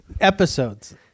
Episodes